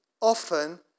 Often